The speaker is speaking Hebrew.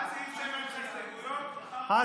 עד סעיף 7 אין לך הסתייגויות מטעם הרשימה המשותפת.